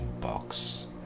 box